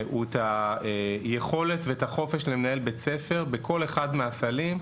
הוא היכולת והחופש למנהל בית הספר בכל אחד מהסלים,